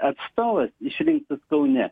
atstovas išrinktas kaune